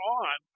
on